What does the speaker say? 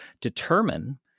determine